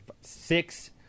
six